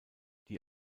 die